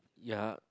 ya